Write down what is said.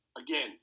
again